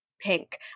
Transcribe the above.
pink